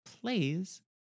plays